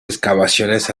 excavaciones